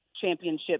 championship